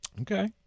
Okay